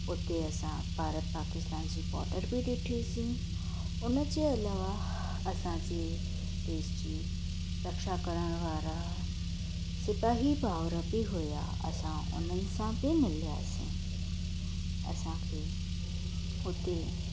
हुते असां भारत पाकिस्तान जी बॉडर बि ॾिठी सी हुन जे अलावा असांजी देश जी रक्षा करण वारा सिपाही भाउर बि हुआ असां उन्हनि सां बि मिलियासीं असांखे हुते